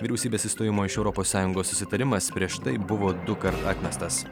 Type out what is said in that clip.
vyriausybės išstojimo iš europos sąjungos susitarimas prieš tai buvo dukart atmestas